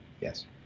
yes